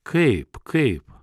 kaip kaip